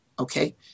Okay